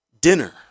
dinner